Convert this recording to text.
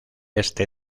este